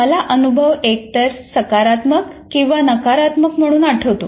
मला अनुभव एकतर सकारात्मक किंवा नकारात्मक म्हणून आठवतो